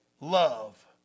love